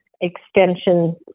extension